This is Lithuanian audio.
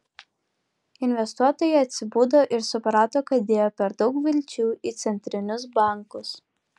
investuotojai atsibudo ir suprato kad dėjo per daug vilčių į centrinius bankus